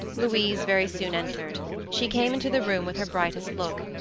louise very soon entered she came into the room with her brightest look,